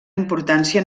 importància